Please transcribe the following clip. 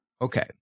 Okay